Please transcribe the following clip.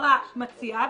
החברה מציעה,